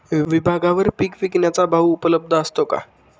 विभागवार पीक विकण्याचा भाव उपलब्ध असतो का?